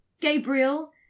Gabriel